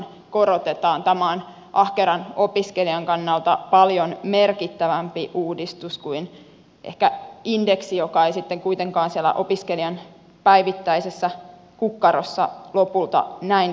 tämä on ahkeran opiskelijan kannalta ehkä paljon merkittävämpi uudistus kuin indeksi joka ei sitten kuitenkaan siellä opiskelijan päivittäisessä kukkarossa lopulta näin paljoa tunnu